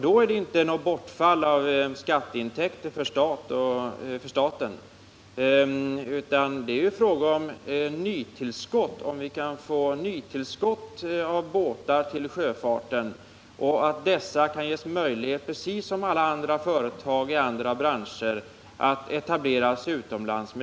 Då är det inte fråga om något bortfall av skatteintäkter för staten, utan det är fråga om huruvida vi kan få nytillskott av båtar till sjöfarten och att dessa precis som företag i alla andra branscher kan ges möjlighet att etablera sig utomlands.